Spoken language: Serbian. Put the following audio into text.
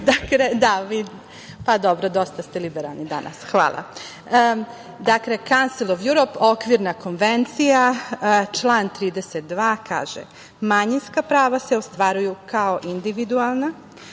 **Elvira Kovač** Dobro, dosta ste liberalni danas. Hvala. Dakle Council of Europe, Okvirna konvencija, član 32. kaže – Manjinska prava se ostvaruje kao individualna,